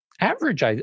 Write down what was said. average